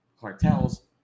cartels